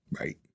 Right